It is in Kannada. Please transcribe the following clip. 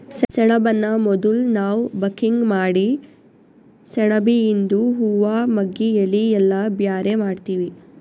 ಸೆಣಬನ್ನ ಮೊದುಲ್ ನಾವ್ ಬಕಿಂಗ್ ಮಾಡಿ ಸೆಣಬಿಯಿಂದು ಹೂವಾ ಮಗ್ಗಿ ಎಲಿ ಎಲ್ಲಾ ಬ್ಯಾರೆ ಮಾಡ್ತೀವಿ